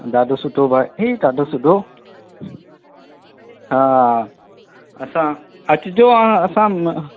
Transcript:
ॾाढो सुठो भई ॾाढो सुठो हा असां अचजो हा असां